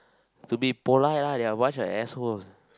to be polite lah there are a bunch of assholes